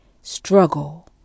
struggle